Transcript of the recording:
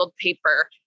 paper